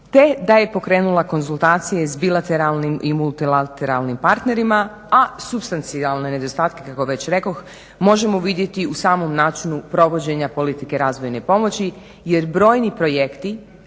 te da je pokrenula konzultacije s bilateralnim i multirateralnim partnerima a supstancijalne nedostatke možemo vidjeti u samom načinu provođenja politike razvojne pomoći jer brojni projekti